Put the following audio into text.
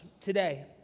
today